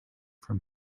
from